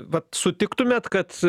vat sutiktumėt kad